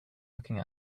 looking